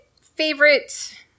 favorite